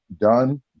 done